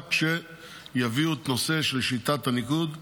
רק כשיביאו את הנושא של שיטת הניקוד לאישור.